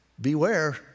beware